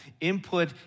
Input